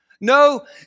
No